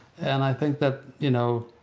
and i think that, you know